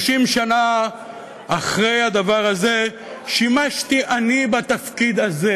30 שנה אחרי הדבר הזה שימשתי אני בתפקיד הזה.